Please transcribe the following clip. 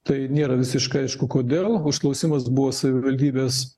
tai nėra visiškai aišku kodėl užklausimas buvo savivaldybės